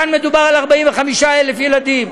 כאן מדובר ב-45,000 ילדים,